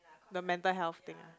the mental health thing ah